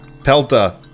Pelta